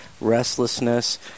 restlessness